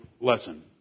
lesson